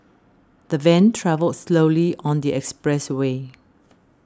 the van travelled slowly on the expressway